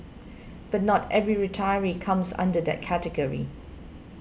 but not every retiree comes under that category